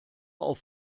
auf